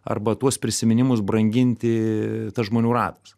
arba tuos prisiminimus branginti tas žmonių ratas